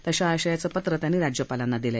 तशा आशयाचे पत्र त्यांनी राज्यपालांना दिले